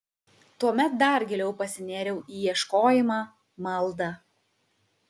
tuomet dar giliau pasinėriau į ieškojimą maldą